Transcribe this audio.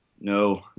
No